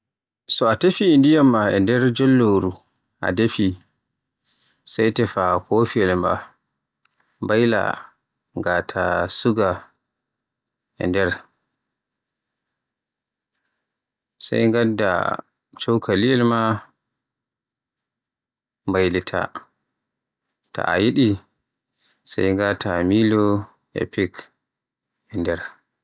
So a tefi ndiyam e nder jollori a defi sey tefa kofiyel maa mbayla suga e nder. Sai ngadda cokaliyel maa mbaylita ta yiɗi sey ngàta Milo, ko pik ngàta e nder.